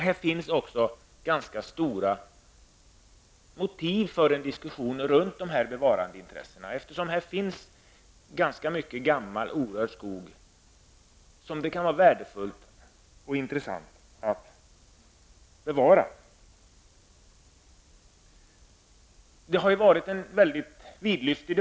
Det finns goda motiv för en diskussion om dessa bevarandeintressen, eftersom det i dessa områden finns mycket gammal orörd skog som det kan vara värdefullt och intressant att bevara. Debatten om detta har varit vidlyftig.